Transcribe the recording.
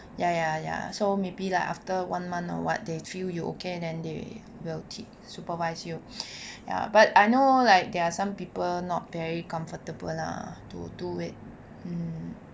ya ya ya so maybe like after one month or what they view you okay then they will teach supervise you ya but I know like there are some people not very comfortable lah to do it mm